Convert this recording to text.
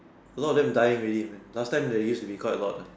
allow them dying in the evening last time they used to be quite a lot ah